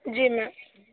जी ma'am